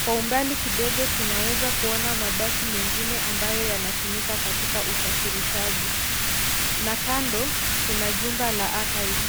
Kwa umbali kidogo tunaweza kuona mabasi mengine ambayo yanatumika kwa usafirishaji. Na kando kuna jumba la Archives .